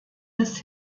des